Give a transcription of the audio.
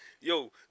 Yo